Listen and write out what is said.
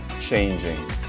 changing